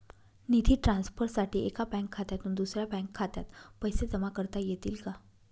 निधी ट्रान्सफरसाठी एका बँक खात्यातून दुसऱ्या बँक खात्यात पैसे जमा करता येतील का?